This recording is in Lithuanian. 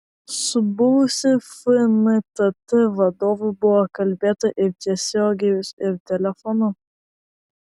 su buvusiu fntt vadovu buvo kalbėta ir tiesiogiai ir telefonu